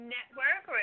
Network